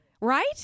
Right